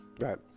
right